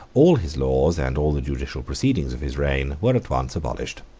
all his laws, and all the judicial proceedings of his reign, were at once abolished.